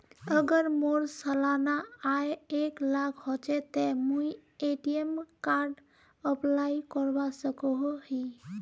अगर मोर सालाना आय एक लाख होचे ते मुई ए.टी.एम कार्ड अप्लाई करवा सकोहो ही?